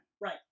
Right